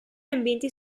ambienti